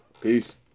Peace